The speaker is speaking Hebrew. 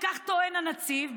כך טוען הנציב,